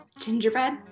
gingerbread